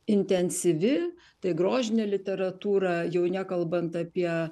intensyvi tai grožinė literatūra jau nekalbant apie